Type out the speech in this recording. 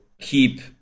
keep